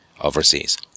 overseas